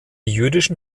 jüdischen